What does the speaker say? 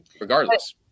regardless